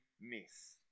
miss